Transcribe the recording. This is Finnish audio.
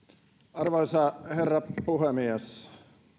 arvoisa herra puhemies